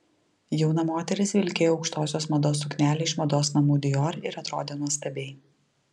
jauna moteris vilkėjo aukštosios mados suknelę iš mados namų dior ir atrodė nuostabiai